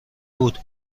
بود